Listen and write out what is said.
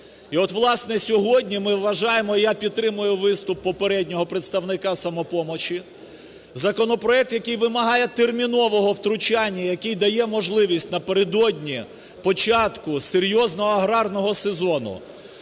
І от, власне, сьогодні, ми вважаємо, і я підтримую виступ попереднього представника "Самопомочі", законопроект, який вимагає термінового втручання, який дає можливість напередодні, початку серйозного аграрного сезону